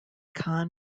khan